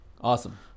Awesome